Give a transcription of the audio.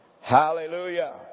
Hallelujah